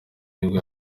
nibwo